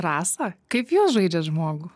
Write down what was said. rasa kaip jūs žaidžiat žmogų